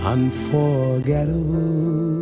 Unforgettable